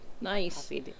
Nice